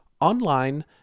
online